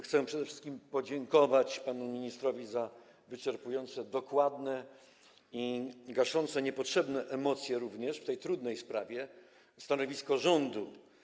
Chcę przede wszystkim podziękować panu ministrowi za wyczerpujące, dokładne i gaszące niepotrzebne emocje w tej trudnej sprawie stanowisko rządu.